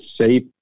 safe